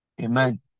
Amen